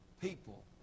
people